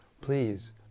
please